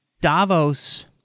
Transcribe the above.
Davos